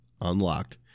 unlocked